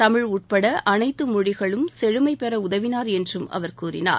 தமிழ் உட்பட அனைத்து மொழிகளும் செழுமை பெற உதவினார் என்றும் அவர் கூறினார்